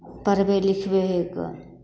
पढ़बै लिखबै हइ कन